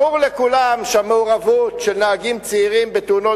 ברור לכולם שהמעורבות של נהגים צעירים בתאונות